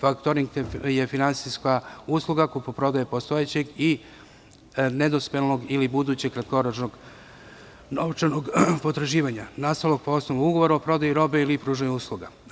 Faktoring je finansijska usluga, kupoprodaja postojećeg i nedospelog ili budućeg kratkoročnog novčanog potraživanja, nastalog po osnovu ugovora o prodaji robe ili pružanja usluga.